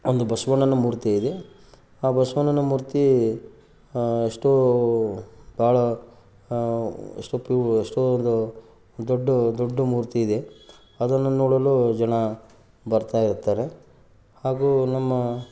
ಒಂದು ಬಸವಣ್ಣನ ಮೂರ್ತಿ ಇದೆ ಆ ಬಸವಣ್ಣನ ಮೂರ್ತಿ ಎಷ್ಟೋ ಭಾಳ ಎಷ್ಟೊ ಪ್ ಎಷ್ಟೋ ಒಂದು ದೊಡ್ಡ ದೊಡ್ಡ ಮೂರ್ತಿ ಇದೆ ಅದನ್ನು ನೋಡಲು ಜನ ಬರ್ತಾ ಇರ್ತಾರೆ ಹಾಗೂ ನಮ್ಮ